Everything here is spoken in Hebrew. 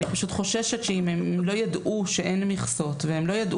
אני פשוט חוששת שאם הם לא יידעו שאין מכסות והם יידעו